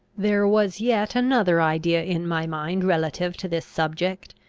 there was yet another idea in my mind relative to this subject,